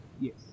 Yes